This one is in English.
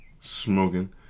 smoking